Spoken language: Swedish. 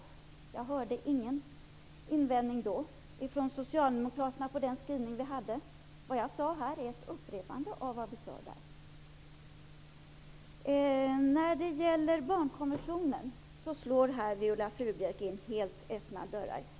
Jag hörde ingen invändning från Socialdemokraterna mot den skrivning vi gjorde. Det jag sade i mitt anförande är ett upprepande av det som skrevs i betänkandet. När det gäller barnkonventionen slår Viola Furubjelke in öppna dörrar.